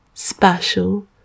special